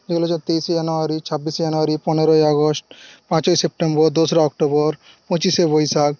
যেগুলো হচ্ছে তেইশে জানুয়ারি ছাব্বিশে জানুয়ারি পনেরোই আগস্ট পাঁচই সেপ্টেম্বর দোসরা অক্টোবর পঁচিশে বৈশাখ